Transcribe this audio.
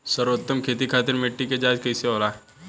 सर्वोत्तम खेती खातिर मिट्टी के जाँच कईसे होला?